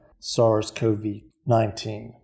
SARS-CoV-19